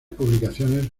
publicaciones